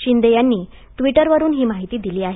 शिंदे यांनी ट्विटरवरुन ही माहिती दिली आहे